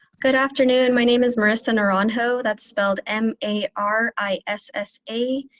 good afternoon. my name is marissa naranjo. that's spelled m a r i s s a,